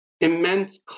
immense